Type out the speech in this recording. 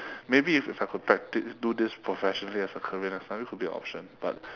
maybe if I could practice do this professionally as a career that's another it could be an option but